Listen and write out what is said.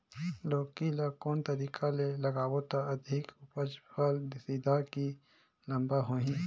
लौकी ल कौन तरीका ले लगाबो त अधिक उपज फल सीधा की लम्बा होही?